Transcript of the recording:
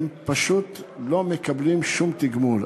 הם פשוט לא מקבלים שום תגמול.